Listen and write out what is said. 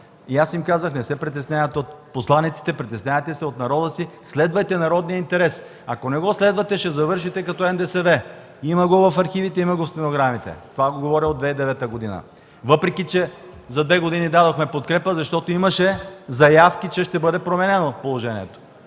Аз им казах: „Не се притеснявайте от посланиците. Притеснявайте се от народа си, следвайте народния интерес. Ако не го следвате, ще завършите като НДСВ.”. Има го в архивите, има го в стенограмите. Това го говоря от 2009 г., въпреки че за две години дадохме подкрепа, защото имаше заявки, че положението